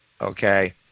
Okay